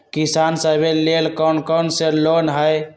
किसान सवे लेल कौन कौन से लोने हई?